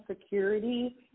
security